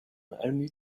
only